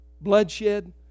bloodshed